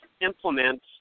implement